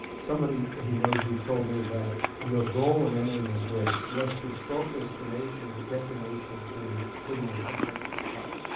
somebody who knows you told me that your goal in entering this race was to focus the nation and get the nation to pay more attention to this problem.